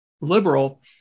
liberal